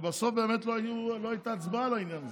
ובסוף באמת לא הייתה הצבעה על העניין הזה.